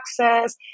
access